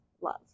love